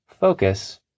focus